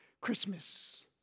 Christmas